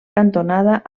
cantonada